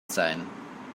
sein